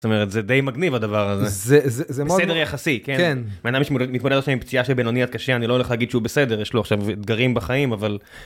זאת אומרת, זה די מגניב הדבר הזה. זה סדר יחסי כן? כן. בן אדם מתמודד עכשיו עם פציעה של בינוני עד קשה אני לא הולך להגיד שהוא בסדר, יש לו עכשיו אתגרים בחיים אבל.